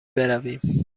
برویم